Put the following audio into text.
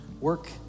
work